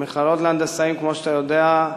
המכללות להנדסאים, כמו שאתה יודע,